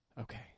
Okay